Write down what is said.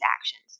actions